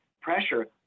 pressure